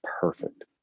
perfect